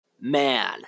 Man